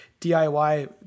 DIY